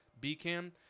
B-cam